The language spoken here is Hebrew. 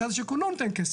משרד השיכון לא נותן כסף.